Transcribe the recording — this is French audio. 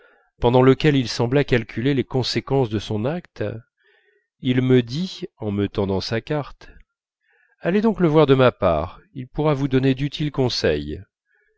pendant lequel il sembla calculer les conséquences de son acte il me dit en me tendant sa carte allez donc le voir de ma part il pourra vous donner d'utiles conseils